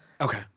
Okay